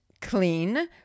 clean